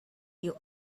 you